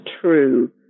true